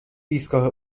ایستگاه